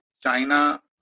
China